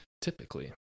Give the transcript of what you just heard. Typically